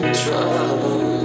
trouble